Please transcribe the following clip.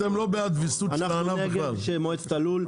אתה בעד ויסות של הענף או לא?